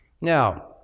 Now